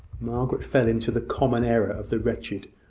margaret fell into the common error of the wretched,